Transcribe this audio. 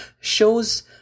shows